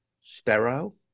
sterile